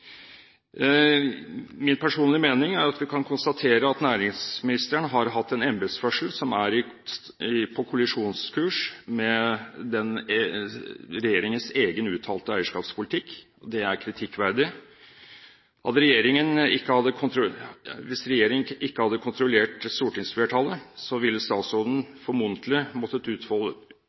Min personlige mening er at vi kan konstatere at næringsministeren har hatt en embetsførsel som er på kollisjonskurs med regjeringens egen uttalte eierskapspolitikk. Det er kritikkverdig. Hvis regjeringen ikke hadde